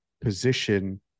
position